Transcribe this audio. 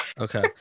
Okay